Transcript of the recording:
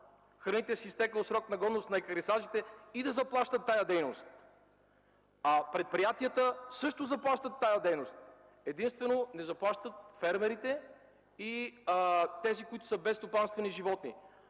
храните с изтекъл срок на годност на екарисажите и да заплащат тази дейност, а предприятията също заплащат тази дейност. Единствено не заплащат фермерите и за тези, които са безстопанствени животни.